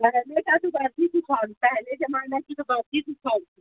پہلے کا تو بات ہی کچھ اور پہلے زمانہ کی تو بات ہی کچھ اور